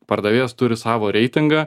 pardavėjas turi savo reitingą